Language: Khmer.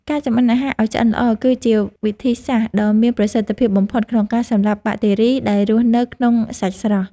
ការចម្អិនអាហារឱ្យឆ្អិនល្អ គឺជាវិធីសាស្ត្រដ៏មានប្រសិទ្ធភាពបំផុតក្នុងការសម្លាប់បាក់តេរីដែលរស់នៅក្នុងសាច់ស្រស់។